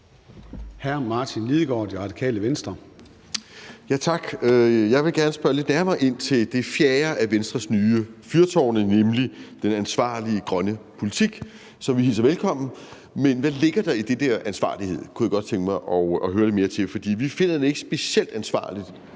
13:57 Martin Lidegaard (RV): Tak. Jeg vil gerne spørge lidt nærmere ind til det fjerde af Venstres nye fyrtårn, nemlig den ansvarlige grønne politik, som vi hilser velkommen. Men hvad ligger der i det med ansvarlighed? Det kunne jeg godt tænke mig at høre lidt mere til. For vi finder det ikke specielt ansvarligt,